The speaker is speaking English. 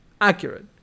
accurate